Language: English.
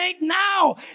now